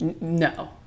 no